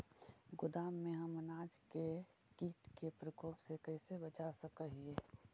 गोदाम में हम अनाज के किट के प्रकोप से कैसे बचा सक हिय?